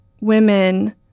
women